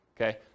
okay